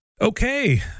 Okay